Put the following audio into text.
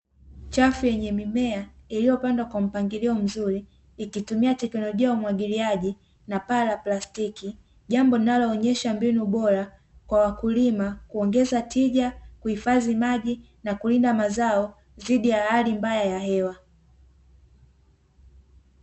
Chafu yenye mimea iliyopandwa kwa mpangilio mzuri, ikitumia teknolojia ya umwagiliaji na paa la plastiki, jambo linaloonyesha mbinu bora kwa wakulima, kuongeza tija, kuhifadhi maji, na kulinda mazao dhidi ya hali mbaya ya hewa.